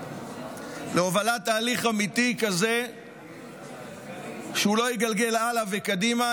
הובלת תהליך אמיתי כזה שלא יגלגל הלאה וקדימה,